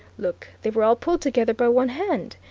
look, they were all pulled together by one hand.